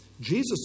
Jesus